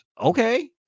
Okay